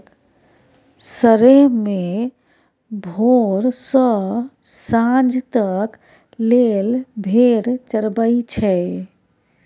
सरेह मे भोर सँ सांझ तक लेल भेड़ चरबई छै